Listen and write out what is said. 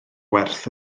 werth